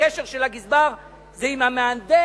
הקשר של הגזבר זה עם המהנדס,